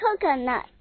coconut